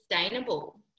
sustainable